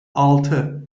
altı